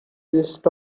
gist